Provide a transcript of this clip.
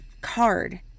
card